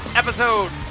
episode